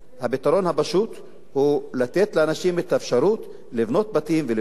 הפתרון הפשוט הוא לתת לאנשים את האפשרות לבנות בתים ולבנות בתים?